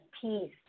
peace